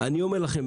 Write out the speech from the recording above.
לכם,